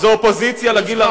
זו אופוזיציה לגיל הרך.